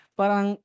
parang